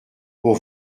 pour